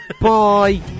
Bye